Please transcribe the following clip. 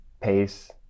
pace